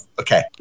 Okay